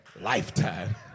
lifetime